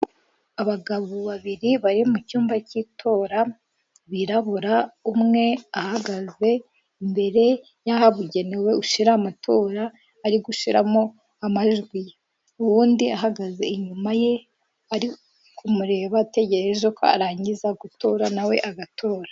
Abagabo babiri bari mu cyumba cy'itora birabura umwe ahagaze imbere y'ahabugenewe ushyira amatora ari gushyiramo amajwi, uwundi ahagaze inyuma ye ari kumureba ategereja ko arangiza gutora nawe agatora.